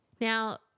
Now